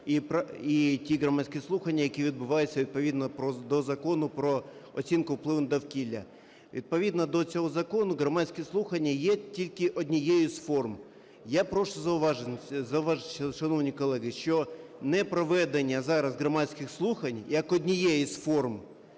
і ті громадські слухання, які відбуваються відповідно до Закону "Про оцінку впливу на довкілля". Відповідно до цього закону громадські слухання є тільки однією з форм. Я прошу зауважити, шановні колеги, що непроведення зараз громадських слухань як однієї з форм